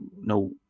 no